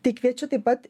tai kviečiu taip pat